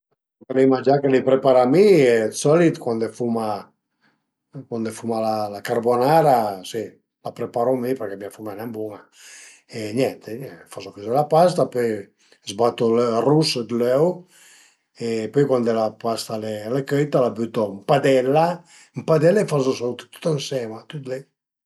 Për ël mangià ch'ai preparà mi, d'solit cuande fuma cuande fuma la carbonara, si la preparu mi përché mia fumna al e nen bun-a e niente fazu cözi la pasta, pöi zbatu ël rus d'löu e pöi cuande la pasta al e cöita la bütu ën padella, ën padella e fazu sauté tüt ënsema, tüt li